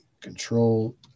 Control